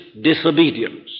disobedience